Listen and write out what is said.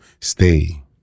stay